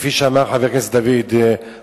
כפי שאמר חבר הכנסת דוד רותם,